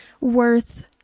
worth